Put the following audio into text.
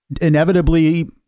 inevitably